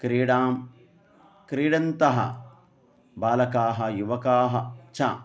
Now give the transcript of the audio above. क्रीडां क्रीडन्तः बालकाः युवकाः च